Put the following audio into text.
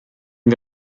wir